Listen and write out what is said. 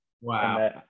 Wow